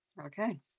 Okay